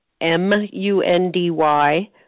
M-U-N-D-Y